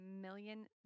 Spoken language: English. million